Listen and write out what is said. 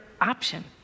option